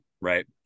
right